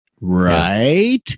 right